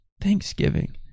thanksgiving